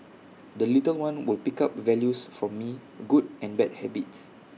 the little one will pick up values from me good and bad habits